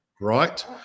Right